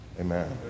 Amen